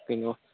ꯀꯩꯅꯣ